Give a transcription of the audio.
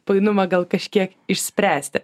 painumą gal kažkiek išspręsti